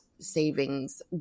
savings